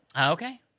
Okay